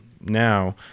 now—